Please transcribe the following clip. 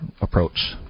approach